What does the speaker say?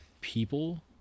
people